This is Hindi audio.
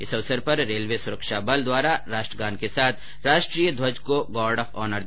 इस अवसर पर रेलवे सुरक्षा बल द्वारा राष्ट्र गान के साथ राष्ट्रीय ध्वज को गार्ड ऑफ ऑनर दिया गया